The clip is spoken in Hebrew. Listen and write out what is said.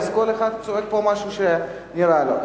אז כל אחד צועק פה משהו שנראה לו.